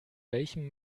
welchem